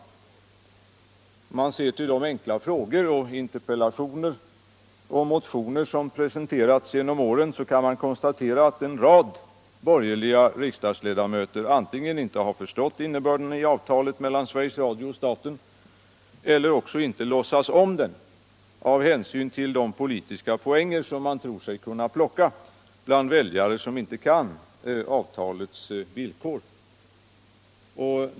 Om man ser till de frågor, interpellationer och motioner som presenterats genom åren kan man konstatera att en rad borgerliga riksdagsledamöter antingen inte har förstått innebörden i avtalet mellan Sveriges Radio och staten eller också inte låtsas om det av hänsyn till de politiska poäng man tror sig kunna plocka bland väljare som inte känner till avtalets villkor.